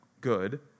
good